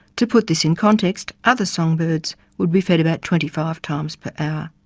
to put this in context, other songbirds would be fed about twenty five times per hour.